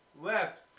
left